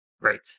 Great